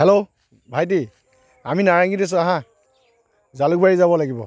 hello ভাইটি আমি নাৰেংগীত আছো আহা জালুকবাৰী যাব লাগিব